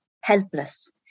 helpless